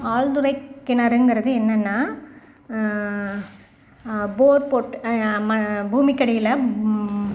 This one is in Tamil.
ஆழ்துளை கிணறுங்கிறது என்னென்னா போர் போட்டு ம பூமிக்கு அடியில்